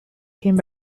came